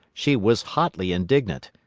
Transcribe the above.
she was hotly indignant.